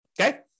okay